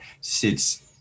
sits –